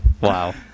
wow